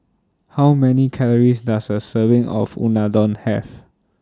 How Many Calories Does A Serving of Unadon Have